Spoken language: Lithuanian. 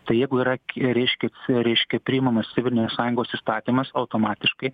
tai jeigu yra reikškia reiškia priimamas civilinės sąjungos įstatymas automatiškai